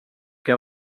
que